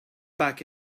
back